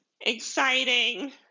exciting